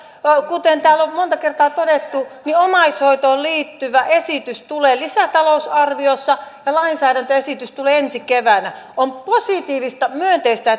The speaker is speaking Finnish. kuten täällä on monta kertaa todettu omaishoitoon liittyvä esitys tulee lisätalousarviossa ja lainsäädäntöesitys tulee ensi keväänä on positiivista myönteistä